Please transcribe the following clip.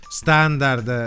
standard